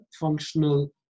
functional